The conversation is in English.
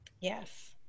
yes